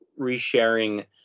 resharing